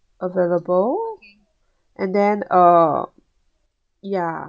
available and then uh ya